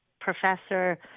professor